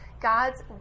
God's